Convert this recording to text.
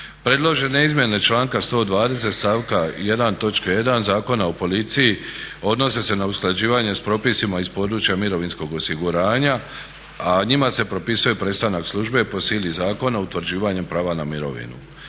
Predložene izmjene članka 120. stavka 1. točke 1. Zakona o policiji odnose se na usklađivanje s propisima iz područja mirovinskog osiguranja, a njima se propisuje prestanak službe po sili zakona utvrđivanjem prava na mirovinu.